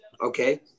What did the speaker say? okay